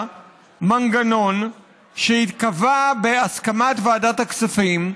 מנגנון שייקבע בהסכמת ועדת הכספים,